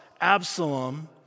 Absalom